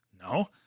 No